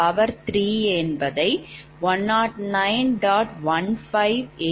1586 4120